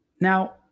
Now